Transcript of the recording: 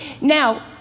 Now